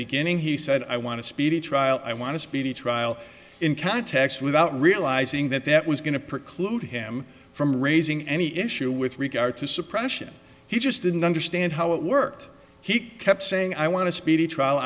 beginning he said i want to speedy trial i want a speedy trial in context without realizing that that was going to preclude him from raising any issue with regard to suppression he just didn't understand how it worked he kept saying i want to speedy trial